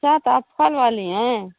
अच्छा तो आप फल वाली हैं